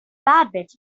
babbitt